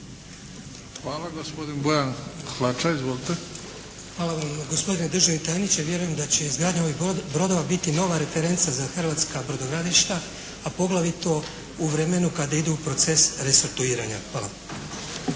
Hvala. Gospodin Bojan Hlača. Izvolite! **Hlača, Bojan (HDZ)** Hvala vam. Gospodine državni tajniče! Vjerujem da će izgradnja ovih brodova biti dobra referenca za hrvatska brodogradilišta, a poglavito u vremenu kada idu u proces restrukturiranja. Hvala.